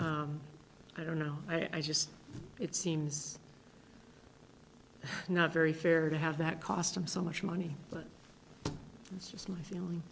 i don't know i just it seems not very fair to have that cost him so much money but that's just my feeling